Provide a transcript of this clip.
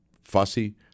fussy